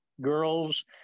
girls